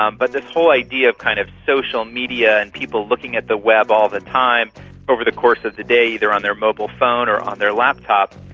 um but this whole idea of kind of social media and people looking at the web all the time over the course of the day either on their mobile phone or on their laptop,